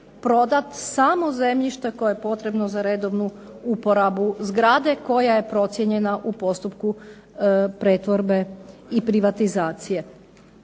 prodati samo zemljište koje je potrebno za redovnu uporabu zgrade koja je procijenjena u procesu pretvorbe i privatizacije.